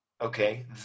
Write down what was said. Okay